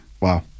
Wow